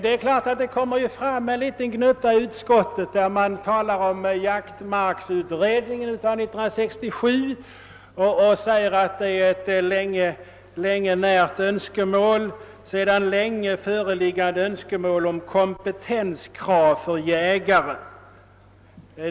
En gnutta kritik skymtar dock i utskottsutlåtandet, där man talar om den år 1967 tillsatta jaktmarksutredningen och säger att det är »ett sedan länge föreliggande önskemål om kompetenskrav för jägare».